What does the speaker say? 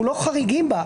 אנחנו לא חריגים בה.